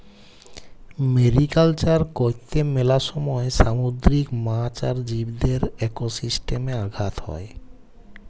mariculture করত্যে মেলা সময় সামুদ্রিক মাছ আর জীবদের একোসিস্টেমে আঘাত হ্যয়